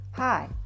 Hi